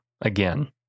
again